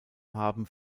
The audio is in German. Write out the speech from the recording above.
haben